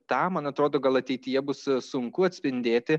tą man atrodo gal ateityje bus sunku atspindėti